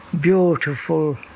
beautiful